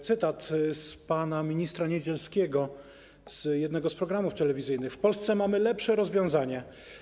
Cytat z pana ministra Niedzielskiego, z jednego z programów telewizyjnych: W Polsce mamy lepsze rozwiązanie.